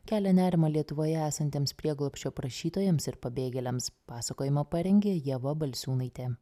kelia nerimą lietuvoje esantiems prieglobsčio prašytojams ir pabėgėliams pasakojimą parengė ieva balčiūnaitė